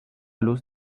luz